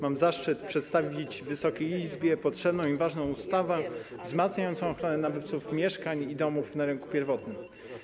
Mam zaszczyt przedstawić Wysokiej Izbie potrzebny i ważny projekt ustawy wzmacniającej ochronę nabywców mieszkań i domów na rynku pierwotnym.